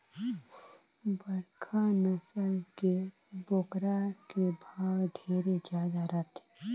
बड़खा नसल के बोकरा के भाव ढेरे जादा रथे